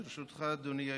ברשותך, אדוני היושב-ראש,